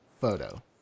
photo